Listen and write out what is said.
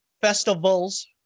festivals